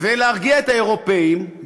ולהרגיע את האירופים,